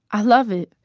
i love it,